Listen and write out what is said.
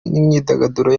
n’imyidagaduro